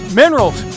minerals